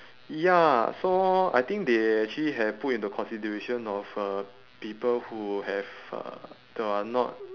ya so I think they actually have put into consideration of uh people who have uh that are not